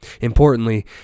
Importantly